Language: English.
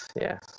yes